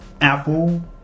Apple